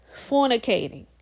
fornicating